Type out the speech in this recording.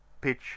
pitch